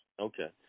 okay